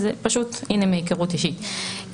אז פשוט הנה מהיכרות אישית.